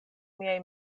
miaj